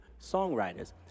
songwriters